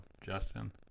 Justin